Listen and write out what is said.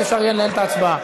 שאפשר יהיה לנהל את ההצבעה.